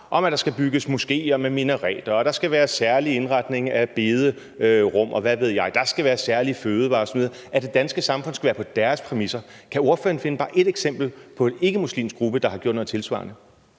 om, at der skal bygges moskeer med minareter, og der skal være særlig indretning af bederum, og hvad ved jeg, og der skal være særlige fødevarer osv., altså det danske samfund skal være på deres præmisser. Kan ordføreren finde bare ét eksempel på en ikkemuslimsk gruppe, der har gjort noget tilsvarende?